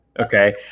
Okay